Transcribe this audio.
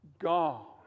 God